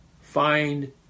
find